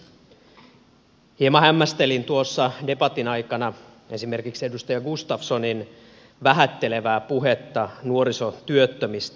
hieman hämmästelin tuossa debatin aikana esimerkiksi edustaja gustafssonin vähättelevää puhetta nuorisotyöttömistä